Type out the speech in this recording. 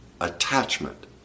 Attachment